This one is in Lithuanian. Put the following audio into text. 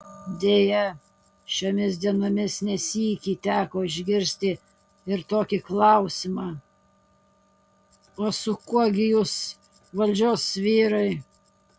deja šiomis dienomis ne sykį teko išgirsti ir tokį klausimą o su kuo gi jūs valdžios vyrai